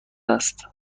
است